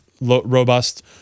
robust